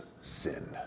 sin